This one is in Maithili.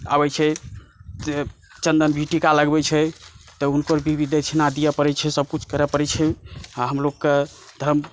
आबै छै चन्दनकेँ टिका लगबै छै तऽ हुनकर भी दक्षिणा दिअ पड़ै छै खुश करै पड़ै छै हँ हमलोक के धर्म